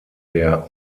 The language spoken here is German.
der